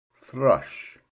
Thrush